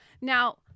Now